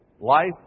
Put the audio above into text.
life